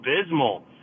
abysmal